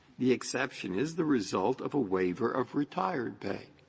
the exception is the result of a waiver of retired pay.